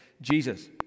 Jesus